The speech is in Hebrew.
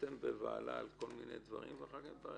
חותם בבהלה על כל מיני דברים, ואחר כך מתברר